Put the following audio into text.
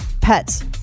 pets